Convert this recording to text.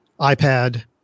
iPad